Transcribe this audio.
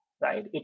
right